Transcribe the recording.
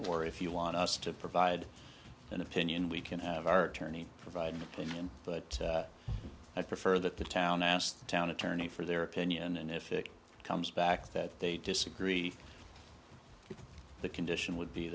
or if you want us to provide an opinion we can have our attorney provide an opinion but i prefer that the town asked the town attorney for their opinion and if it comes back that they disagree the condition would be